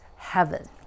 heaven